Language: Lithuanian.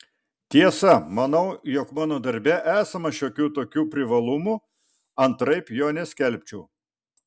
tiesa manau jog mano darbe esama šiokių tokių privalumų antraip jo neskelbčiau